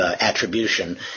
Attribution